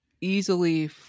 easily